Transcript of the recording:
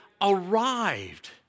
arrived